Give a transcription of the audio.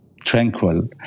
Tranquil